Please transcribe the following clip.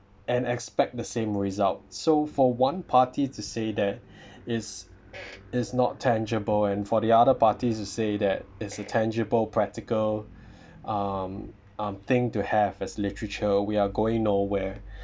and expect the same result so for one party to say that is is not tangible and for the other parties to say that it's tangible practical um um thing to have as literature we are going nowhere